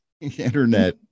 internet